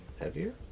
heavier